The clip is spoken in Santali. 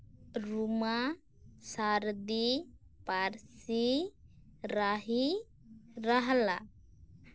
ᱨᱩᱢᱟ ᱥᱟᱨᱫᱤ ᱯᱟᱹᱨᱥᱤ ᱨᱟᱦᱤ ᱨᱟᱦᱟᱞᱟ